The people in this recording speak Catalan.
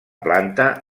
planta